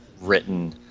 written